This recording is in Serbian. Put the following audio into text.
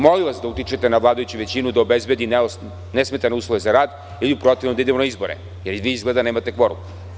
Molim vas da utičete na vladajuću većinu da obezbedi nesmetane uslove za rad ili u protivnom da idemo na izbore, jer izgleda nemate kvorum.